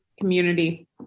community